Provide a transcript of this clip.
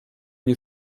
nie